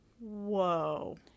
Whoa